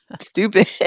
stupid